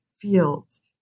fields